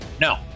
no